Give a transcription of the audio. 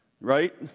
right